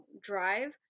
drive